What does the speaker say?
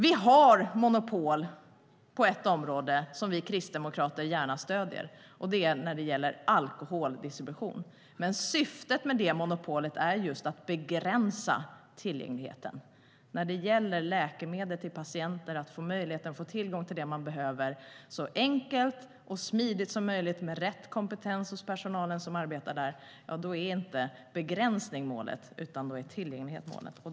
Vi har monopol på ett område som vi kristdemokrater gärna stöder, och det är när det gäller alkoholdistribution. Men syftet med det monopolet är just att begränsa tillgängligheten. När det gäller att patienter ska ha tillgång till det läkemedel de behöver, så enkelt och smidigt som möjligt och med rätt kompetens hos personalen som arbetar på apoteket, är det inte begränsning som är målet. Då är tillgänglighet målet.